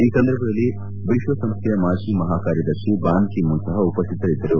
ಈ ಸಂದರ್ಭದಲ್ಲಿ ವಿಶ್ವಸಂಸ್ಥೆಯ ಮಾಜಿ ಮಹಾಕಾರ್ಯದರ್ಶಿ ಬಾನ್ ಕಿ ಮೂನ್ ಸಹ ಉಪಸ್ಥಿತರಿದ್ದರು